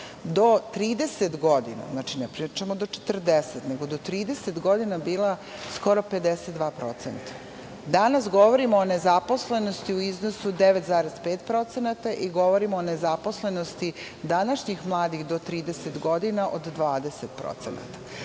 do 30 godine, ne pričamo do 40, bila skoro 52%. Danas govorimo o nezaposlenosti u iznosu od 9,5% i govorimo o nezaposlenosti današnjih mladih do 30 godina od